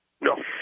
No